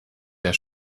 der